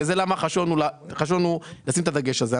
וזה למה חשוב לנו לשים את הדגש הזה.